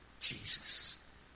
Jesus